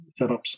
setups